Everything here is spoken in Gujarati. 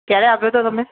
ક્યારે આપ્યો હતો તમે